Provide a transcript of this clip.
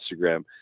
Instagram